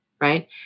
right